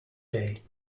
day